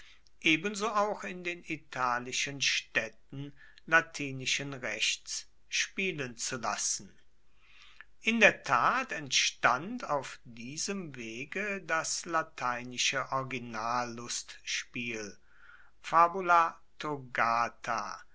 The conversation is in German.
ebenso auch in den italischen staedten latinischen rechts spielen zu lassen in der tat entstand auf diesem wege das lateinische